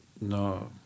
No